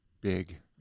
big